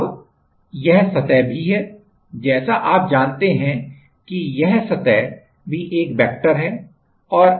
अब यह सतह भी है जैसा आप जानते हैं कि यह सतह भी एक वेक्टरहै